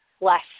less